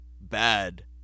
bad